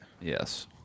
Yes